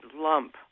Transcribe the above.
lump